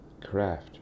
craft